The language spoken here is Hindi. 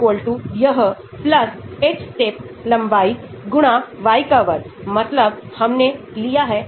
C6 H11 251 जबकि अगर आप नाइट्रो OH NH2 को देखते तो वे सभी नकारात्मक हैं क्योंकि वे सभी हाइड्रोफिलिक हैं